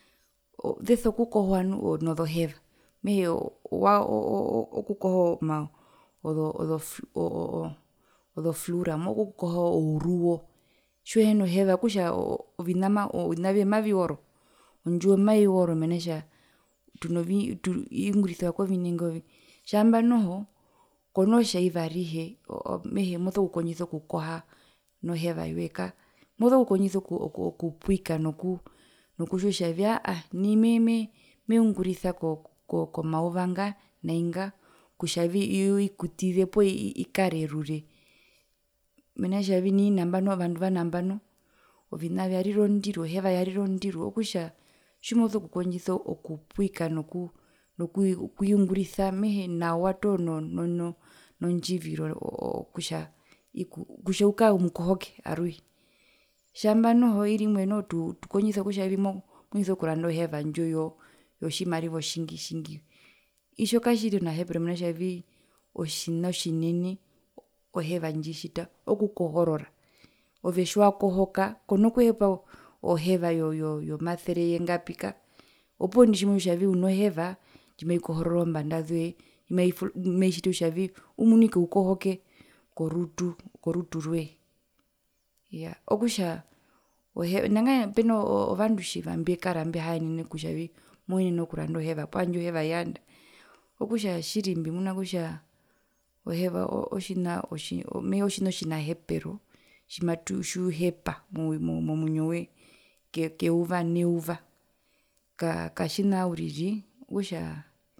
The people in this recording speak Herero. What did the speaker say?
Zeso kukohwa nu nozoheva mehee wao okukoha oo oo zoflura moso kukoha ouruwo tjiuhina okutja ovinaa ovina vyoye maviworo, ondjiwo maiworo mena rokutja tuno tuno iungurisiwa kovinenge ovingi tjamba noho momootja eyuva arihe mehee moso kukondjisa okukohanoheva yoye kaa moku kondjisa okupwika nokuu nkutjiwa kutjavi aahaa nai me me meungurisa ko ko komauva nga nai nga kutjavii ikutize poo ikare orure mena rokutja nai ovandu vanambano ovina vyarira ondiru oheva yarira ondiru okutja otjimoso kukondjisa okupwika noku nokuiungurisa toho nawa no no ndjiviro kutja ukare omukohoke aruhe, tjaamba noho tukondjisa kutja moso kuranda oheva indjo yotjimariva otjingi tjingi itjo katjitjiri ounahepero mena kutja vii otjina otjinene oheva ndjitjita okukohorora ove tjiwakohoka kona kuhepa oheva yo yo yomasere yengapi kako, opuwo indi tjimotjiwa kutjavii uno heva ndjimaikohorora ozombanda zoe ndjimaivul ndjimaitjiti kutjavii umunike oukohoke korutu korutu rwee okutja ohe nangae peno vandu tjiva mbekara mbehaenen e kutjavii moenene kuranda oheva poo tjandje oheva yaanda okutja tjiri mbimuna kutja tjiri oheva otjina otjinahepero tjimatu tjiuhepa mo momwinyo wee keyuva neuva ka ka tjina uriri okutjaa